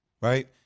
right